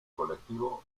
colectivo